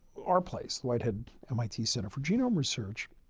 our place, the whitehead mit center for genome research,